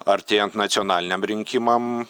artėjant nacionaliniam rinkimam